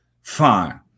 fine